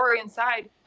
inside